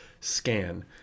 scan